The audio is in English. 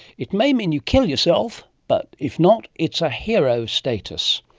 it may mean you kill yourself, but if not it's a hero status.